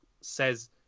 says